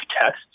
tests